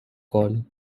call